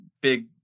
big